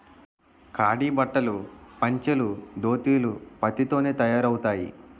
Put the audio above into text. ఖాదీ బట్టలు పంచలు దోతీలు పత్తి తోనే తయారవుతాయి